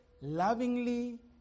lovingly